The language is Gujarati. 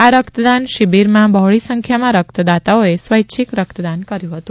આ રક્તદાન શિબિરમાં બહોળી સંખ્યામાં રક્તદાતાઓએ સ્વૈચ્છિક રક્તદાન કર્યું હતું